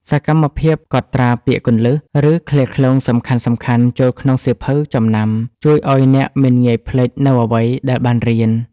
សកម្មភាពកត់ត្រាពាក្យគន្លឹះ ឬឃ្លាឃ្លោងសំខាន់ៗចូលក្នុងសៀវភៅចំណាំ ជួយឱ្យអ្នកមិនងាយភ្លេចនូវអ្វីដែលបានរៀន។